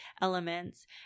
elements